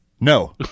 No